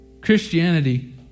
Christianity